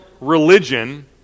religion